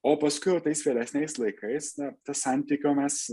o paskui jau tais vėlesniais laikais na to santykio mes